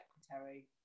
secretary